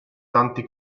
tanti